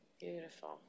beautiful